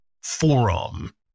forum